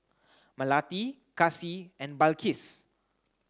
Melati Kasih and Balqis